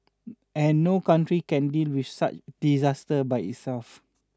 and no country can deal with such disaster by itself